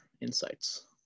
insights